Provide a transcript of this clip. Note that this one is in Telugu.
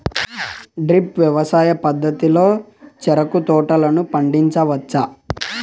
డ్రిప్ వ్యవసాయ పద్ధతిలో చెరుకు తోటలను పండించవచ్చా